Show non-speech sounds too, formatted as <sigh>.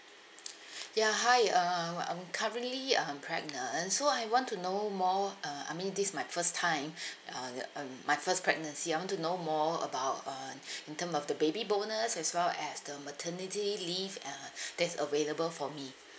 <breath> ya hi um I'm currently um pregnant so I want to know more uh I mean this my first time <breath> uh um my first pregnancy I want to know more about um <breath> in term of the baby bonus as well as the maternity leave uh <breath> that's available for me